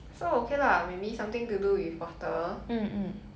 so okay lah maybe something to do with water